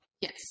Yes